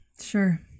Sure